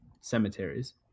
cemeteries